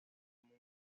mundo